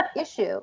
issue